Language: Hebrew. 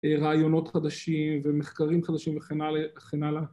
רעיונות חדשים ומחקרים חדשים וכן הלאה.